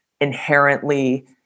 inherently